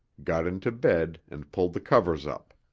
got into bed and pulled the covers up.